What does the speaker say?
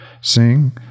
Sing